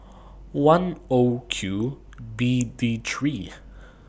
one O Q B D three